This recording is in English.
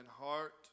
heart